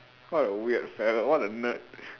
what a weird fellow what a nerd